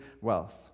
wealth